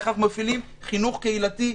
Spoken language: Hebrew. איך מפעילים חינוך קהילתי,